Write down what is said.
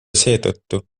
seetõttu